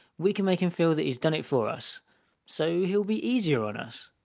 we can make him feel that he's done it for us so he'll be easier on us.